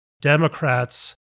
Democrats